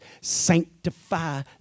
sanctify